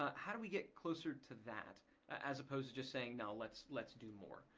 how do we get closer to that as opposed to just saying now let's let's do more?